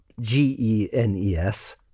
G-E-N-E-S